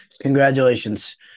Congratulations